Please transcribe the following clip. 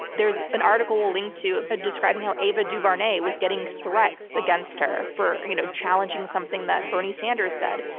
there's an article we'll link to but describing how ava duvernay was getting threats against her for you know challenging something that bernie sanders said.